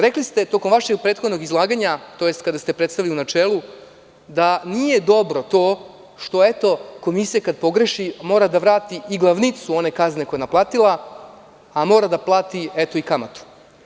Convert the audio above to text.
Rekli ste tokom vašeg prethodnog izlaganja tj. kada ste predstavljali u načelu da nije dobro to što eto komisija kada pogreši mora da vrati i glavnicu one kazne koju je naplatila, a mora da plati i kamatu.